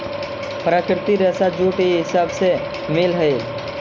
प्राकृतिक रेशा जूट इ सब से मिल हई